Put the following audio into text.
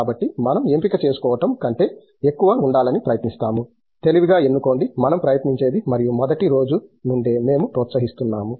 కాబట్టి మనం ఎంపిక చేసుకోవటం కంటే ఎక్కువ ఉండాలని ప్రయత్నిస్తాము తెలివిగా ఎన్నుకోండి మనం ప్రయత్నించేది మరియు మొదటి రోజు నుండే మేము ప్రోత్సహిస్తున్నాము